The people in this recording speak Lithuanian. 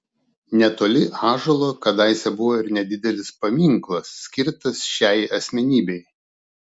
netoli ąžuolo kadaise buvo ir nedidelis paminklas skirtas šiai asmenybei